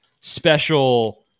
special